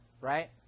right